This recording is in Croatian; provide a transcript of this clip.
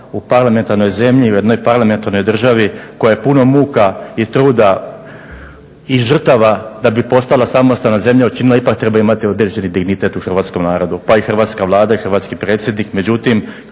u parlamentarnoj zemlji, u jednoj parlamentarnoj državi koja je puno muka i truda i žrtava da bi postala samostalna zemlja učinila ipak treba imati određeni dignitet u hrvatskom narodu, pa i hrvatska Vlada i hrvatski Predsjednik. Međutim,